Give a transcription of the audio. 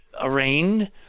arraigned